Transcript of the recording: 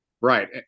right